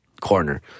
corner